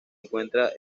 encuentra